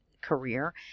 career